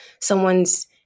someone's